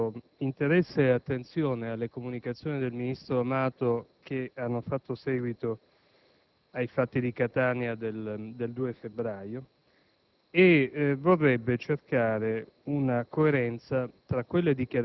Signor Presidente, Alleanza Nazionale ha manifestato interesse e attenzione alle comunicazioni del ministro Amato, che hanno fatto seguito